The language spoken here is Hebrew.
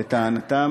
לטענתם,